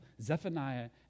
Zephaniah